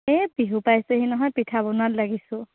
এই বিহু পাইছেহি নহয় পিঠা বনোৱাত লাগিছোঁ